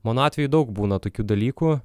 mano atveju daug būna tokių dalykų